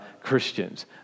Christians